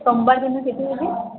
ସୋମବାର ଦିନ କେତେବେଳେ